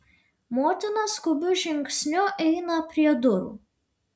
motina skubiu žingsniu eina prie durų